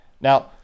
Now